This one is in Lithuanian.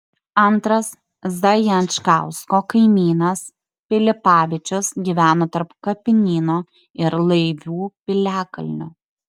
antras zajančkausko kaimynas pilipavičius gyveno tarp kapinyno ir laivių piliakalnio